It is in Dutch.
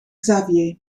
xavier